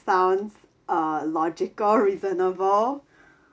sounds uh logical reasonable